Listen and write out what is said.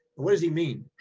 what does he mean?